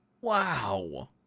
Wow